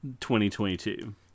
2022